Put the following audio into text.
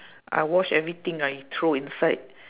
I wash everything I throw inside